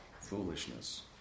Foolishness